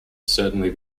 certainly